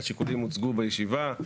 השיקולים הוצגו בישיבה,